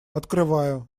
открываю